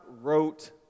wrote